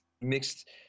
Mixed